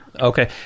Okay